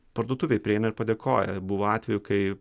parduotuvėj prieina ir padėkoja buvo atvejų kai